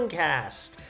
cast